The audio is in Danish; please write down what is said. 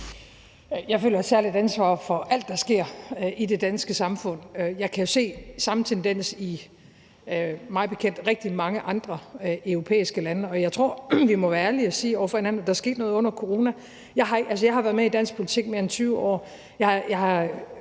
Jeg føler et særligt ansvar for alt, der sker i det danske samfund. Jeg kan jo se den samme tendens i mig bekendt rigtig mange andre europæiske lande, og jeg tror, vi må være ærlige over for hinanden og sige, at der skete noget under corona. Jeg har været med i dansk politik i mere end 20 år,